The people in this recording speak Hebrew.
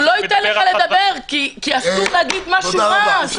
הוא לא ייתן לך לדבר כי אסור להגיד משהו רע.